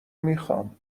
میخوام